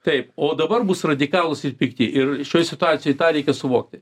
taip o dabar bus radikalūs ir pikti ir šioj situacijoj tą reikia suvokti